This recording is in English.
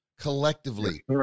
collectively